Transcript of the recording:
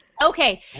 Okay